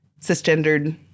cisgendered